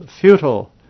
futile